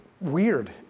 weird